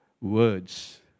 words